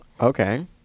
Okay